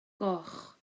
goch